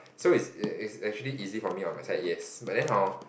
so it's it's actually easy for me on my side yes but then hor